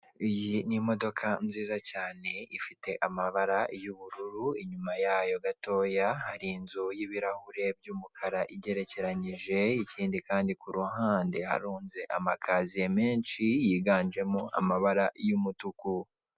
Iyi ni imodoka nziza cyane ifite amabara y'ubururu inyuma yayo gatoya hari inzu y'ibirahure by'umukara igerekeranyije ikindi kandi kuruhande harunze amakaziye menshi yiganjemo amabara y'umutuku.